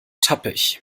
tappig